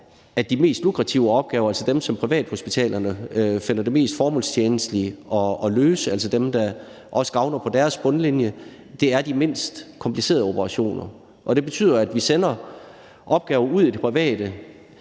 at de mest lukrative opgaver, altså dem, som privathospitalerne finder det mest formålstjenligt at løse – dem, der også gavner på deres bundlinje – er de mindst komplicerede operationer. Og det betyder jo, at vi sender opgaver ud i det private,